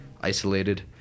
isolated